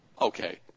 Okay